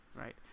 right